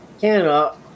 Canada